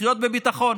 לחיות בביטחון